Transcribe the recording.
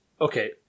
okay